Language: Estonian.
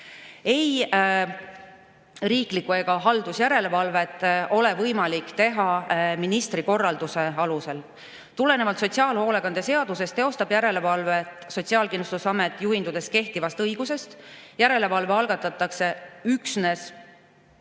Ei riiklikku ega haldusjärelevalvet ei ole võimalik teha ministri korralduse alusel. Tulenevalt sotsiaalhoolekande seadusest teostab järelevalvet Sotsiaalkindlustusamet, juhindudes kehtivast õigusest. Järelevalve algatatakse üldises